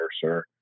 sir